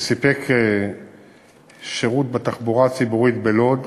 שסיפק שירות תחבורה ציבורית בלוד,